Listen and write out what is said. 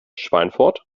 schweinfurt